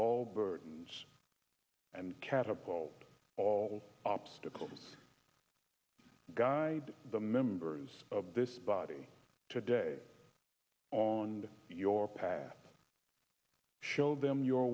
all burdens and catapult all obstacles to guide the members of this body today on your path show them you